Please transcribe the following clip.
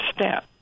step